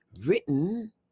written